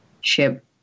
ship